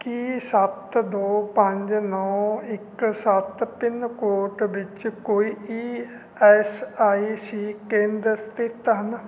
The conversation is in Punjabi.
ਕੀ ਸੱਤ ਦੋ ਪੰਜ ਨੌ ਇੱਕ ਸੱਤ ਪਿੰਨਕੋਡ ਵਿੱਚ ਕੋਈ ਈ ਐੱਸ ਆਈ ਸੀ ਕੇਂਦਰ ਸਥਿਤ ਹਨ